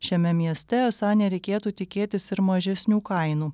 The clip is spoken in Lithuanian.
šiame mieste esą nereikėtų tikėtis ir mažesnių kainų